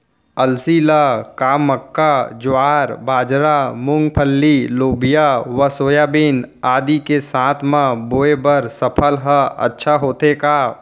अलसी ल का मक्का, ज्वार, बाजरा, मूंगफली, लोबिया व सोयाबीन आदि के साथ म बोये बर सफल ह अच्छा होथे का?